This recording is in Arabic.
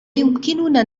يمكننا